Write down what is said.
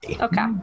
Okay